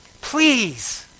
Please